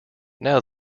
now